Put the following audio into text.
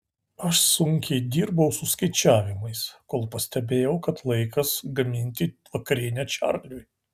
aš sunkiai dirbau su skaičiavimais kol pastebėjau kad laikas gaminti vakarienę čarliui